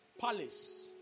palace